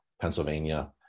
Pennsylvania